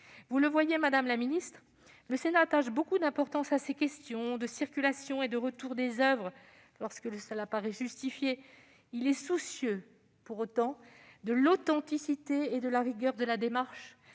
Vous le voyez, madame la ministre : le Sénat attache beaucoup d'importance à ces questions de circulation et de retour des oeuvres lorsque cela apparaît justifié. Il est soucieux, pour autant, de l'authenticité et de la rigueur de la démarche